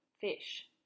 fish